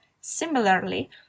similarly